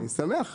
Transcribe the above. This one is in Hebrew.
אני שמח,